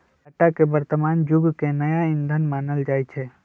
data के वर्तमान जुग के नया ईंधन मानल जाई छै